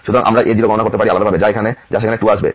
সুতরাং আমরা a0 গণনা করতে পারি আলাদাভাবে যা সেখানে 2 আসছে